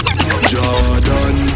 Jordan